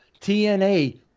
TNA